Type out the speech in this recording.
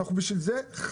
בשביל זה אנחנו